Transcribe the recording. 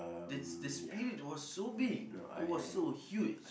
the the spirit was so big it was so huge